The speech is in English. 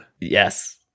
Yes